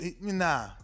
nah